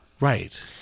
Right